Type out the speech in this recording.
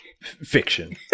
fiction